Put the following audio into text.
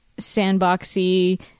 sandboxy